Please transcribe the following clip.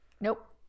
nope